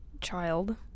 child